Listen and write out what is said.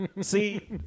See